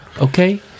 okay